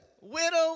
widow